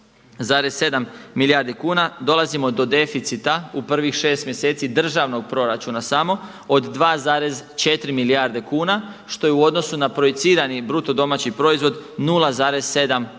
58,7 milijardi kuna dolazimo do deficita u prvih 6 mjeseci državnog proračuna samo od 2,4 milijarde kuna što je u odnosu na projicirani BDP 0,7% BDP-a.